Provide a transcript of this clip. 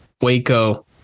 Waco